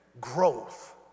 growth